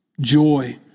joy